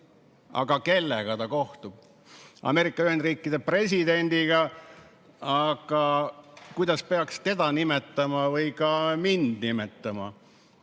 Aga kellega ta kohtub? Ameerika Ühendriikide presidendiga. Aga kuidas peaks teda nimetama või ka mind nimetama?